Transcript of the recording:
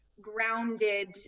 grounded